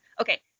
Okay